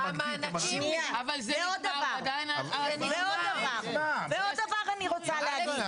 שניה, ועוד דבר, ועוד דבר אני רוצה להגיד.